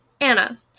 Anna